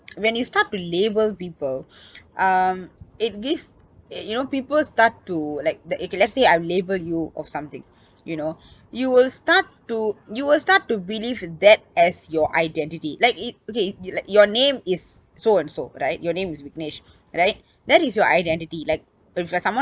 when you start to label people um it gives it you know people start to like th~ okay let's say I label you of something you know you will start to you will start to believe that as your identity like it okay you like your name is so and so right your name is viknesh right that is your identity like and if someone